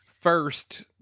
First